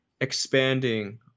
expanding